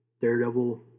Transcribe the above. Daredevil